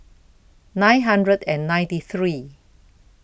nine hundred and ninety three